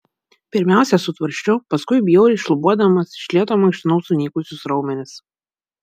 pirmiausia su tvarsčiu paskui bjauriai šlubuodamas iš lėto mankštinau sunykusius raumenis